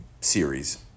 Series